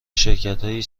شرکتهایی